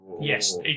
yes